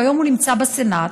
שהיום הוא נמצא בסנאט.